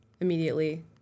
Immediately